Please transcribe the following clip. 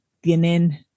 tienen